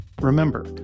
Remember